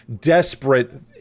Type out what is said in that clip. desperate